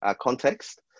context